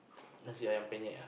Nasi Ayam Penyet ah